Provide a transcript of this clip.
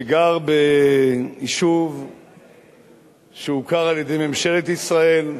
שגר ביישוב שהוכר על-ידי ממשלת ישראל,